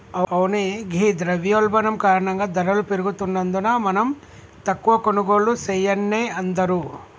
అవునే ఘీ ద్రవయోల్బణం కారణంగా ధరలు పెరుగుతున్నందున మనం తక్కువ కొనుగోళ్లు సెయాన్నే అందరూ